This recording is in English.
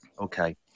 okay